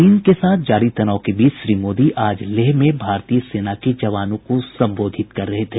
चीन के साथ जारी तनाव के बीच श्री मोदी आज लेह में भारतीय सेना के जवानों को संबोधित कर रहे थे